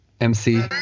MC